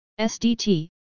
SDT